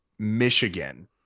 Michigan